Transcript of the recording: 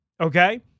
okay